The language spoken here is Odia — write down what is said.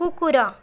କୁକୁର